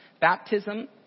Baptism